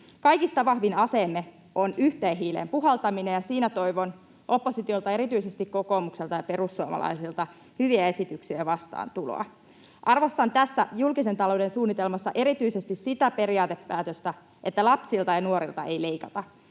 Kaikista vahvin aseemme on yhteen hiileen puhaltaminen, ja siinä toivon oppositiolta, erityisesti kokoomukselta ja perussuomalaisilta, hyviä esityksiä ja vastaantuloa. Arvostan tässä julkisen talouden suunnitelmassa erityisesti sitä periaatepäätöstä, että lapsilta ja nuorilta ei leikata.